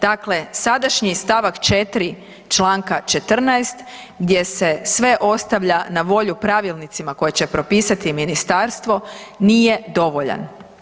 Dakle, sadašnji stavak 4. čl. 14. gdje se sve ostavlja na volju pravilnicima koji će propisati ministarstvo, nije dovoljan.